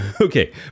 okay